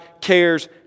cares